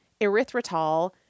Erythritol